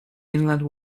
inland